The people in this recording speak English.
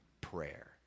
prayer